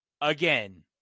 Again